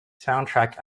soundtrack